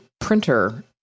printer